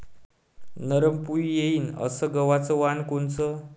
नरम पोळी येईन अस गवाचं वान कोनचं?